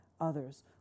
others